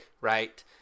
right